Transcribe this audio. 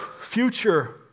future